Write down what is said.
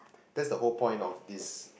that's the whole point of this